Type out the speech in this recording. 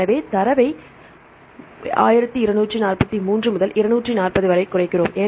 எனவே தரவை 1243 முதல் 240 வரை குறைக்கிறோம்